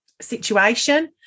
situation